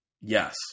Yes